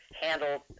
handled